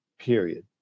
Period